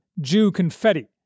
Jew-confetti